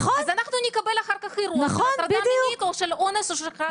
אז אנחנו נקבל אחר כך ערעור של הטרדה מינית או של אונס -- נכון,